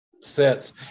sets